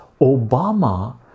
Obama